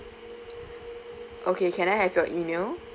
okay can I have your email